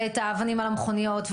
ואת האבנים על המכוניות,